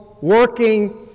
working